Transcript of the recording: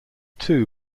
two